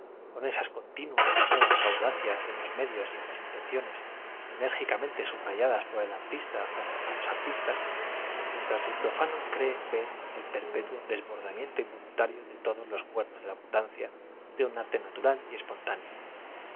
con esas continuas y nuevas audacias on los medios y en las intenciones enérgicamente subrayadas por el art'sta para los ar tistas mientras el profano cree v e r el perpetuo des bordamiento involuntario de todos los cuernos de la abundancia de un arte natural y espontáneo